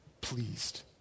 pleased